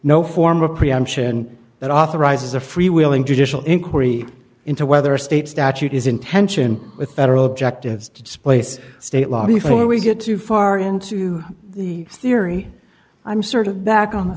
no form of preemption that authorizes a free wheeling judicial inquiry into whether a state statute is in tension with federal objectives to displace state law before we get too far into the theory i'm sort of back on the